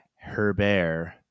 Herbert